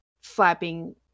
flapping